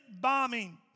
bombing